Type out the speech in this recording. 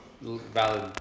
valid